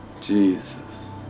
Jesus